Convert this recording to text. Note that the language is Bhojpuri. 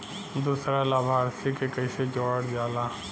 दूसरा लाभार्थी के कैसे जोड़ल जाला?